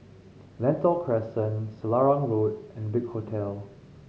Lentor Crescent Selarang Road and Big Hotel